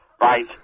Right